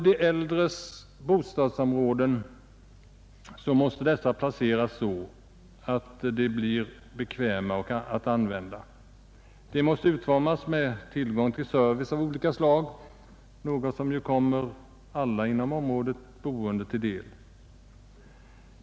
De äldres bostadsområden måste planeras så, att de blir bekväma att använda. De måste utformas med tillgång till service av olika slag, något som ju kommer alla i området boende till del.